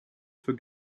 für